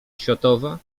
światowa